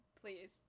Please